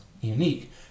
unique